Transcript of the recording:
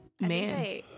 Man